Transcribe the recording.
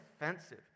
offensive